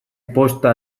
posta